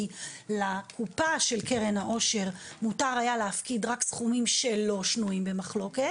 כי לקופה של קרן העושר היה מותר להפקיד רק סכומים שלא שנויים במחלוקת.